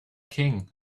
king